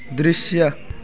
दृश्य